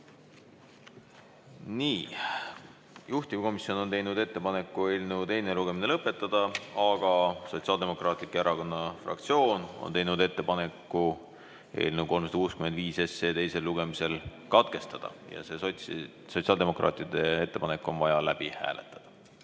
hääletata. Juhtivkomisjon on teinud ettepaneku eelnõu teine lugemine lõpetada, aga Sotsiaaldemokraatliku Erakonna fraktsioon on teinud ettepaneku eelnõu 365 teisel lugemisel katkestada. See sotsiaaldemokraatide ettepanek on vaja läbi hääletada. Austatud